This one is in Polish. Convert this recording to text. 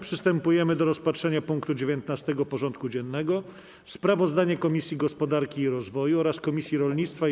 Przystępujemy do rozpatrzenia punktu 19. porządku dziennego: Sprawozdanie Komisji Gospodarki i Rozwoju oraz Komisji Rolnictwa i